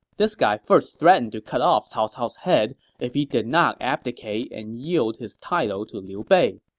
this guy first threatened to cut off cao cao's head if he did not abdicate and yield his title to liu bei.